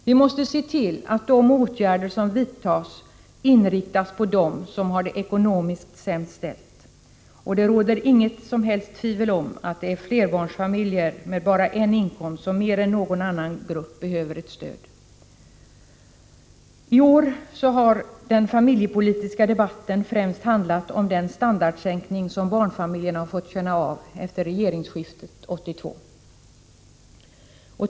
Vi måste se till att de åtgärder som vidtas inriktas på dem som har det ekonomiskt sämst ställt. Det råder inget som helst tvivel om att det är flerbarnsfamiljer med bara en inkomst som mer än någon annan grupp behöver ett stöd. I år har den familjepolitiska debatten främst handlat om den standardsänkning som barnfamiljerna har fått känna av efter regeringsskiftet 1982.